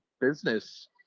business